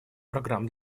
программ